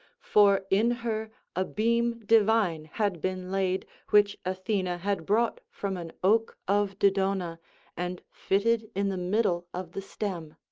for in her a beam divine had been laid which athena had brought from an oak of dodona and fitted in the middle of the stem.